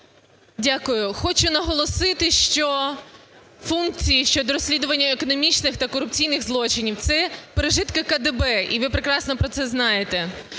Дякую. Хочу наголосити, що функції щодо розслідування економічних та корупційних злочинів – це пережитки КДБ, і ви прекрасно про це знаєте.